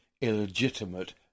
illegitimate